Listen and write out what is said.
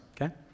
okay